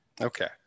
Okay